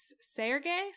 Sergei